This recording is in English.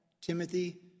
Timothy